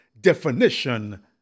definition